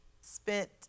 spent